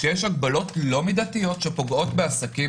כשיש הגבלות לא מידתיות שפוגעות בעסקים